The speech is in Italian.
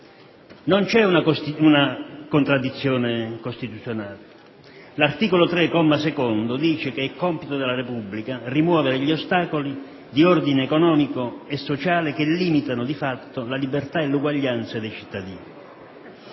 Non c'è una contraddizione costituzionale. L'articolo 3, comma secondo, dice che è compito della Repubblica rimuovere gli ostacoli di ordine economico e sociale che limitano di fatto la libertà e l'uguaglianza dei cittadini.